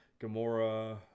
Gamora